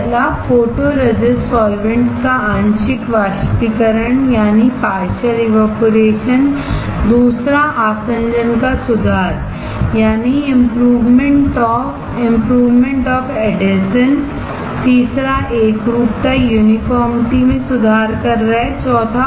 पहला photoresist solvents का आंशिक वाष्पीकरण है दूसरा आसंजन का सुधार है तीसरा एकरूपता में सुधार कर रहा है चौथा